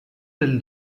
del